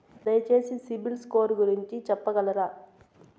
దయచేసి సిబిల్ స్కోర్ గురించి చెప్పగలరా?